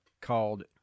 called